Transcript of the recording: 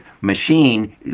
machine